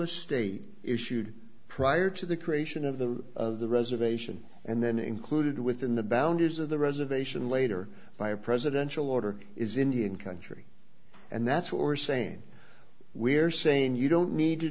a state issued prior to the creation of the of the reservation and then included within the boundaries of the reservation later by a presidential order is indian country and that's or same we're saying you don't need to